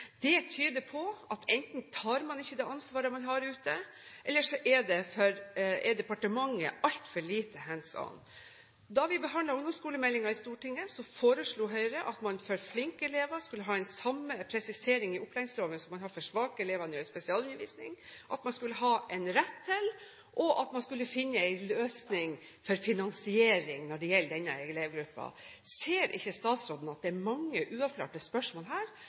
Det tyder på at enten tar man ikke det ansvaret man har ute, eller så er departementet altfor lite «hands on». Da vi behandlet ungdomsskolemeldingen i Stortinget, foreslo Høyre at man for flinke elever skulle ha den samme presisering i opplæringsloven som man har for svake elever når det gjelder spesialundervisning, at man skulle ha en «rett til», og at man skulle finne en løsning for finansiering når det gjelder denne elevgruppen. Ser ikke statsråden at det er mange uavklarte spørsmål her